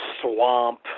Swamp